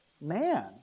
man